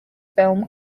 film